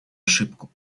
ошибку